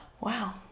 Wow